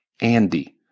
Andy